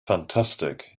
fantastic